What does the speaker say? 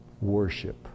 Worship